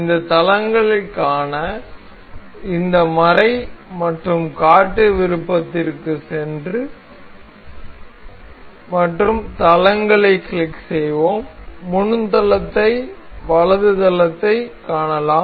இந்த தளங்கள் காண இந்த மறை மற்றும் காட்டு விருபுப்பத்திற்க்கு நாம் செல்ல வேண்டும் மற்றும் தளங்களைக் கிளிக் செய்வோம் முன் தளத்தை வலது தளத்தைக் காணலாம்